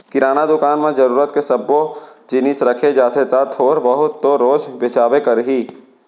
किराना दुकान म जरूरत के सब्बो जिनिस रखे जाथे त थोर बहुत तो रोज बेचाबे करही